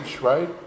right